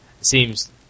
seems